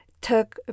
took